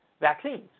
vaccines